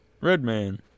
Redman